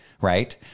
Right